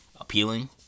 appealing